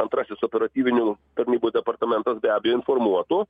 antrasis operatyvinių tarnybų departamentas be abejo informuotų